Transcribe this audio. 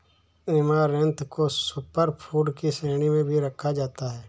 amaranth को super food की श्रेणी में भी रखा जाता है